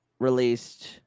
released